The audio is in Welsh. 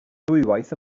ddwywaith